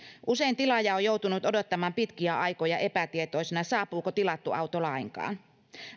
usein tilaaja on joutunut odottamaan pitkiä aikoja epätietoisena saapuuko tilattu auto lainkaan